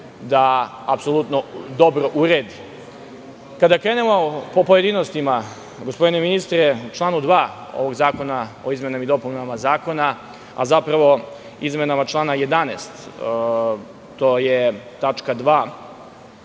ovo apsolutno dobro uredi. Kada krenemo po pojedinostima, gospodine ministre, u članu 2. ovog zakona o izmenama i dopunama Zakona, a zapravo izmenama člana 11, tačka 2),